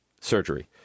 surgery